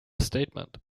statement